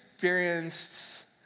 Experienced